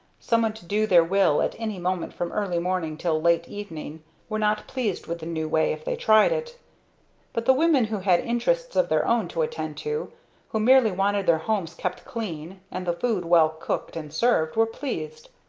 someone to do their will at any moment from early morning till late evening were not pleased with the new way if they tried it but the women who had interests of their own to attend to who merely wanted their homes kept clean, and the food well cooked and served, were pleased.